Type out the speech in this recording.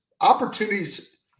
opportunities